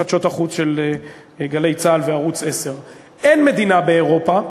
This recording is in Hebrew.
חדשות החוץ של "גלי צה"ל" וערוץ 10: אין מדינה באירופה,